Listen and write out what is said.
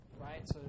right